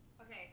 Okay